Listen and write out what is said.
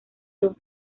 son